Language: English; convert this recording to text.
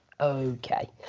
Okay